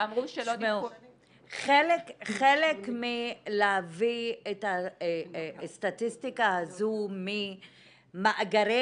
אמרו -- חלק מלהביא את הסטטיסטיקה הזו ממאגרי